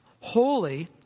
holy